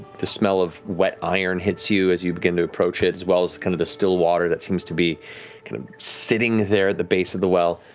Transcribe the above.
the smell of wet iron hits you as you begin to approach it as well as kind of the still water that seems to be kind of sitting there at the base of the well.